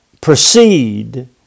proceed